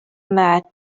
met